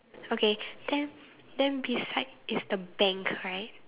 okay then then beside is the bank right